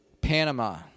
Panama